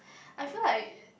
I feel like